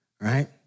right